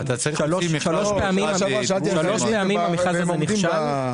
שלוש פעמים המכרז הזה נכשל.